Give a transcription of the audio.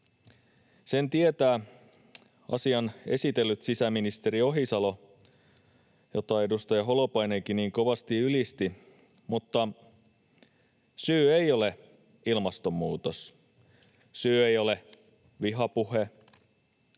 Sen tietää asian esitellyt sisäministeri Ohisalo, jota edustaja Holopainenkin niin kovasti ylisti. Syy ei ole ilmastonmuutos, syy ei ole vihapuhe,